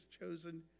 chosen